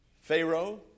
Pharaoh